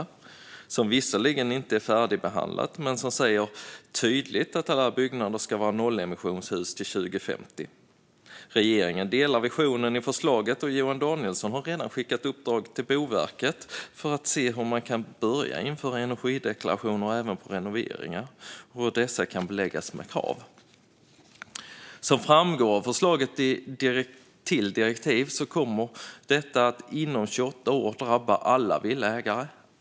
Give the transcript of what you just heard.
Direktivet är visserligen inte färdigförhandlat men säger tydligt att alla byggnader ska vara nollemissionshus till 2050. Regeringen delar visionen i förslaget. Johan Danielsson har redan skickat ett uppdrag till Boverket för att se hur man kan börja införa energideklarationer även på renoveringar och hur dessa kan beläggas med krav. Som framgår av förslaget till direktiv kommer detta att inom 28 år drabba alla villaägare.